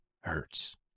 Hurts